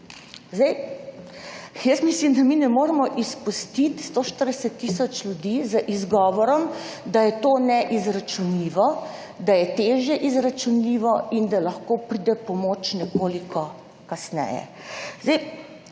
Zdaj jaz mislim, da mi ne moremo izpustiti 140 tisoč ljudi z izgovorom, da je to neizračunljivo, da je težje izračunljivo in da lahko pride pomoč nekoliko kasneje. Zdaj